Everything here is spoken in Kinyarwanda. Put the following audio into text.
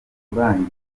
urangiye